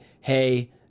Hey